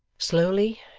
slowly,